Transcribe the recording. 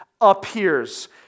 appears